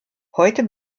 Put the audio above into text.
heute